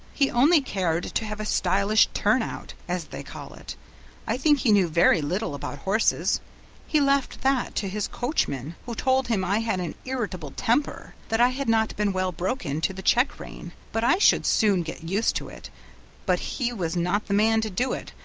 he only cared to have a stylish turnout, as they call it i think he knew very little about horses he left that to his coachman, who told him i had an irritable temper! that i had not been well broken to the check-rein, but i should soon get used to it but he was not the man to do it,